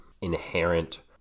inherent